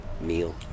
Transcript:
meal